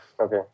okay